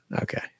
okay